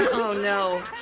oh no,